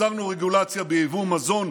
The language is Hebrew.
הסרנו רגולציה ביבוא מזון,